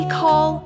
call